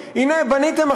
את תוך שעה